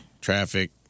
Traffic